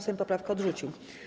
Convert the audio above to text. Sejm poprawkę odrzucił.